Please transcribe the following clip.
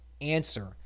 answer